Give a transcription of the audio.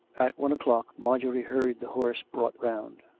at one o'clock marjorie heard the horse brought round.